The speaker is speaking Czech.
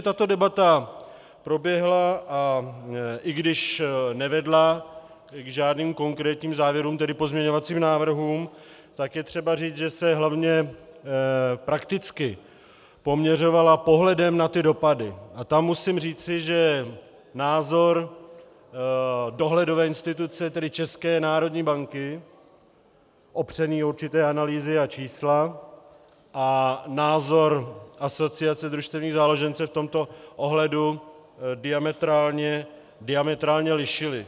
Tato debata proběhla, a i když nevedla k žádným konkrétním závěrům, tedy pozměňovacím návrhům, tak je třeba říct, že se hlavně prakticky poměřovala pohledem na dopady, a tam musím říci, že názor dohledové instituce, tedy České národní banky, opřený o určité analýzy a čísla, a názor Asociace družstevních záložen se v tomto ohledu diametrálně lišily.